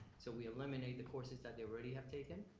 so we eliminate the courses that they already have taken,